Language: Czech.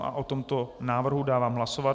O tomto návrhu dávám hlasovat.